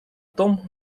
том